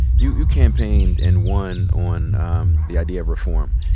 you you campaigned and won on um the idea of reform,